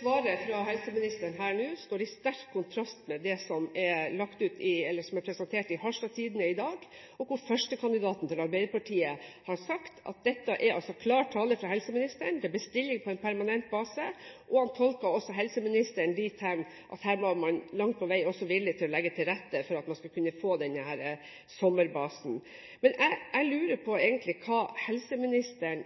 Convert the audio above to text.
Svaret fra helseministeren nå står i sterk kontrast til det som er presentert i Harstad Tidende i dag, hvor førstekandidaten til Arbeiderpartiet sier at det er klar tale fra helseministeren, det er bestilling på en permanent base, og han tolker også helseministeren dit hen at her var man langt på vei villig til å legge til rette for at man skulle kunne få denne sommerbasen. Jeg lurer egentlig på hva helseministeren